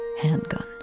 handgun